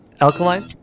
Alkaline